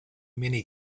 many